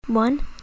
one